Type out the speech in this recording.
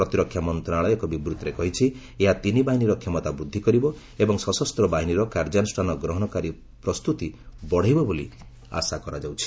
ପ୍ରତିରକ୍ଷା ମନ୍ତ୍ରଣାଳୟ ଏକ ବିବୃତ୍ତିରେ କହିଛି ଏହା ତିନି ବାହିନୀର କ୍ଷମତା ବୃଦ୍ଧି କରିବ ଏବଂ ସଶସ୍ତ ବାହିନୀର କାର୍ଯ୍ୟାନୁଷାନ ଗ୍ରହଣକାରୀ ପ୍ରସ୍ତୁତି ବଡ଼େଇବ ବୋଲି ଆଶା କରାଯାଉଛି